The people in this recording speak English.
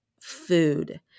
food